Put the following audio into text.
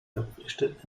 verpflichtet